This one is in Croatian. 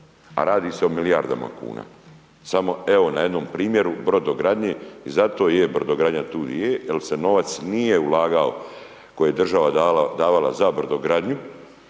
A radi se o milijardama kuna. Samo evo, na jednom primjeru, brodogradnje i zato je brodogradnja tu di je jer se novac nije ulagao, koje je država davala za brodogradnju,